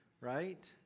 right